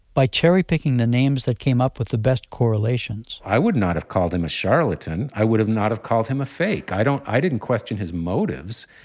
by cherry picking the names that came up with the best correlations i would not have called him a charlatan. i would have not have called him a fake. i don't, i didn't question his motives.